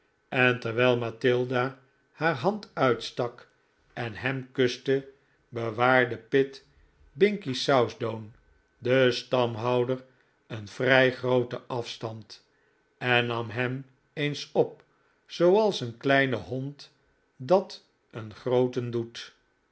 en terwijl matilda haar hand uitstak en hem kuste bewaarde pitt binkie southdown de stamhouder een vrij grooten afstand en nam hem eens op zooals een kleine hond dat een grooten doet